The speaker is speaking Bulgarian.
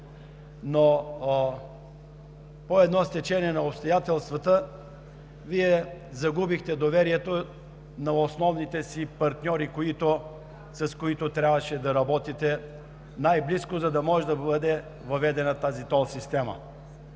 но по едно стечение на обстоятелствата Вие загубихте доверието на основните си партньори, с които трябваше да работите най-близко, за да може да бъде въведена тази тол система.